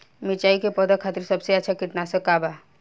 मिरचाई के पौधा खातिर सबसे अच्छा कीटनाशक का बा?